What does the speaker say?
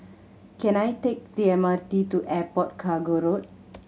can I take the M R T to Airport Cargo Road